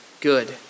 good